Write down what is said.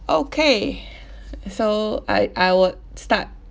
okay so I I would start